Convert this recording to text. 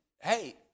hey